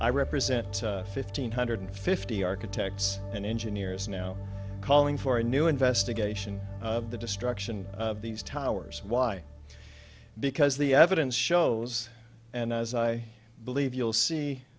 i represent fifteen hundred fifty architects and engineers now calling for a new investigation of the destruction of these towers why because the evidence shows and as i believe you'll see